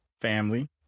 Family